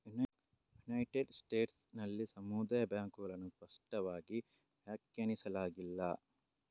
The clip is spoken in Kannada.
ಯುನೈಟೆಡ್ ಸ್ಟೇಟ್ಸ್ ನಲ್ಲಿ ಸಮುದಾಯ ಬ್ಯಾಂಕುಗಳನ್ನು ಸ್ಪಷ್ಟವಾಗಿ ವ್ಯಾಖ್ಯಾನಿಸಲಾಗಿಲ್ಲ